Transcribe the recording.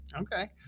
Okay